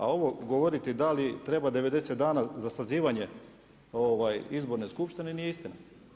A ovo govoriti, da li treba 90 dana za sazivanje izborne skupštine, nije istina.